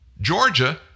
Georgia